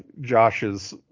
Josh's